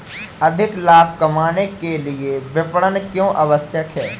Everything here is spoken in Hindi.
अधिक लाभ कमाने के लिए विपणन क्यो आवश्यक है?